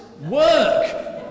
Work